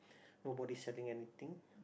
nobody setting anything